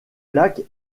lac